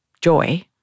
joy